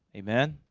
amen.